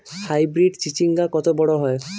Hybrid চিচিংঙ্গা কত বড় হয়?